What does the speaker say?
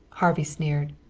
harvey sneered.